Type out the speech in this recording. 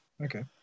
okay